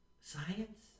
science